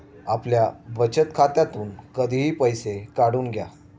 आपल्या बचत खात्यातून कधीही पैसे काढून घ्या